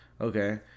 okay